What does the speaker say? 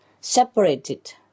separated